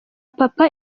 papa